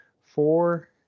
four